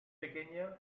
pequeña